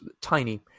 tiny